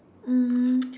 um